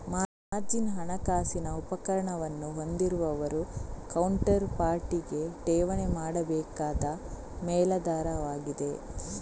margin ಹಣಕಾಸಿನ ಉಪಕರಣವನ್ನು ಹೊಂದಿರುವವರು ಕೌಂಟರ್ ಪಾರ್ಟಿಗೆ ಠೇವಣಿ ಮಾಡಬೇಕಾದ ಮೇಲಾಧಾರವಾಗಿದೆ